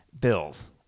Bills